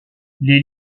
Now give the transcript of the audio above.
les